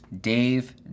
Dave